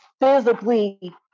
physically